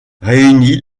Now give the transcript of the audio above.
réunit